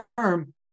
term